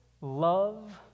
Love